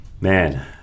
man